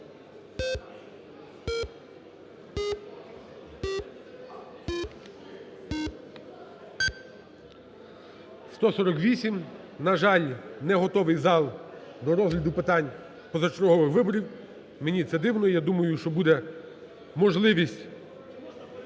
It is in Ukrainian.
За-148 На жаль, не готовий зал до розгляду питань позачергових виборів, мені це дивно. Я думаю, що буде можливість…